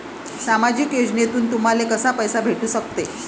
सामाजिक योजनेतून तुम्हाले कसा पैसा भेटू सकते?